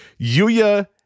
Yuya